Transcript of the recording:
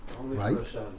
Right